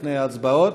לפני ההצבעות,